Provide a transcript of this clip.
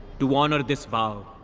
to honor this vow,